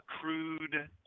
crude